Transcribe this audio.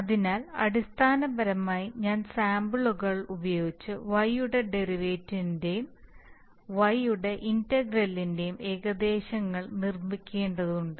അതിനാൽ അടിസ്ഥാനപരമായി ഞാൻ സാമ്പിളുകൾ ഉപയോഗിച്ച് y യുടെ ഡെറിവേറ്റീവിന്റെയും y യുടെ ഇന്റഗ്രലുകളുടെയും ഏകദേശങ്ങൾ നിർമ്മിക്കേണ്ടതുണ്ട്